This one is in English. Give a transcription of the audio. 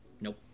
Nope